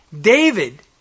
David